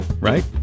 right